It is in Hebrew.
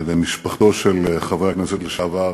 למשפחתו של חבר הכנסת לשעבר